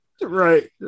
Right